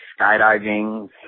skydiving